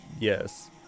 yes